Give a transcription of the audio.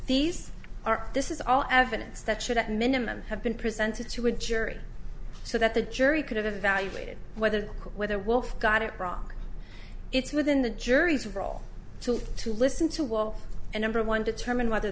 these are this is all evidence that should at minimum have been presented to a jury so that the jury could have evaluated whether whether wolf got it wrong it's within the jury's role to to listen to will and number one determine whether